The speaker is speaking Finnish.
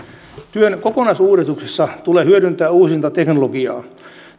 työn kokonaisuudistuksessa tulee hyödyntää uusinta teknologiaa